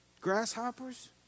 grasshoppers